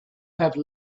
have